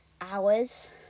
hours